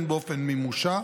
הן באופן מימושה,